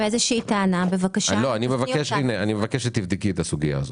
אני מבקש שתבדקי את הסוגיה הזאת.